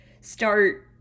start